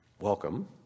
welcome